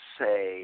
say